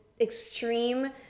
extreme